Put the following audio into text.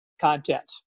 content